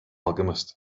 alchemist